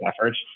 efforts